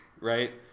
right